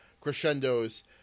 crescendos